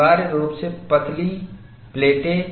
अनिवार्य रूप से पतली प्लेटें